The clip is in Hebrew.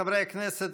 חברי הכנסת,